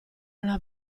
una